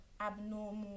abnormal